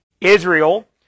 Israel